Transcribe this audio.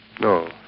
No